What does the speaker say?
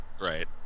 right